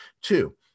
Two